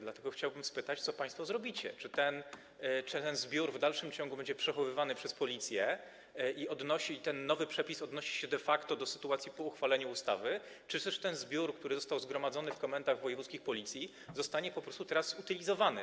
Dlatego chciałbym zapytać, co państwo zrobicie, czy ten zbiór w dalszym ciągu będzie przechowywany przez Policję i czy ten nowy przepis odnosi się de facto do sytuacji po uchwaleniu ustawy, czy też zbiór, który został zgromadzony w komendach wojewódzkich Policji, zostanie po prostu zutylizowany.